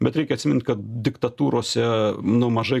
bet reikia atsimint kad diktatūrose nu mažai